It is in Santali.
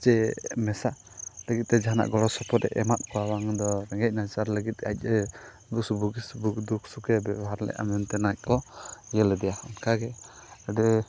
ᱥᱮ ᱢᱮᱥᱟᱜ ᱞᱟᱹᱜᱤᱫ ᱛᱮ ᱡᱟᱦᱟᱱᱟᱜ ᱜᱚᱲᱚ ᱥᱚᱯᱚᱦᱚᱫ ᱮ ᱮᱢᱟᱜ ᱠᱚᱣᱟ ᱵᱟᱝᱫᱚ ᱨᱮᱸᱜᱮᱡ ᱱᱟᱪᱟᱨ ᱞᱟᱹᱜᱤᱫ ᱛᱮ ᱟᱡ ᱮ ᱫᱩᱠᱷ ᱥᱩᱠᱷᱮ ᱵᱮᱵᱚᱦᱟᱨ ᱞᱮᱫᱼᱟ ᱢᱮᱱᱛᱮ ᱟᱡ ᱠᱚ ᱤᱭᱟᱹ ᱞᱮᱫᱮᱭᱟ ᱚᱱᱠᱟᱜᱮ ᱟᱹᱰᱤ